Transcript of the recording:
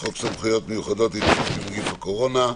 הצעת חוק סמכויות מיוחדות להתמודדות עם נגיף הקורונה,